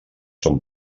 són